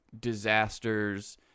disasters